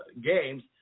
games